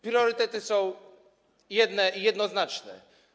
Priorytety są jedne i jednoznaczne.